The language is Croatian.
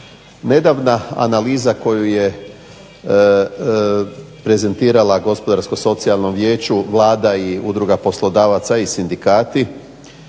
Nedavna analiza koju je prezentirali Gospodarsko-socijalnom vijeću Vlada i Udruga poslodavaca i sindikati,